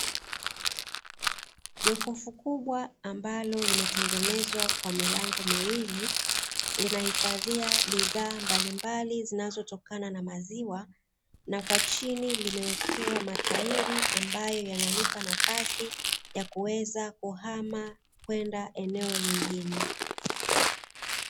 Jokofu kubwa ambalo limetengenezwa kwa milango miwili, linahifadhia bidhaa mbalimbali zinazotokana na maziwa, na kwa chini limewekewa matairi ambayo yanayolipa nafasi ya kuweza kuhama kwenda eneo lingine.